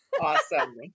Awesome